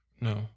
no